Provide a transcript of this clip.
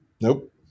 Nope